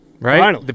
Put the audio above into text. Right